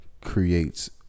creates